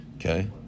Okay